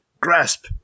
Grasp